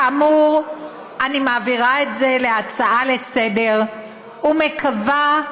כאמור, אני מעבירה את זה להצעה לסדר-היום ומקווה,